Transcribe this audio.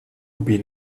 been